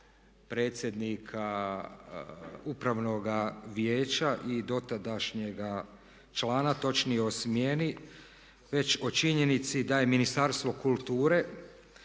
predsjednika Upravnoga vijeća i dotadašnjega člana točnije o smjeni već o činjenici da je Ministarstvo kulture